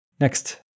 Next